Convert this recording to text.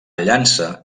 llança